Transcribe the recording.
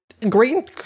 green